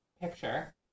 picture